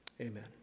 amen